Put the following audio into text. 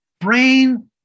brain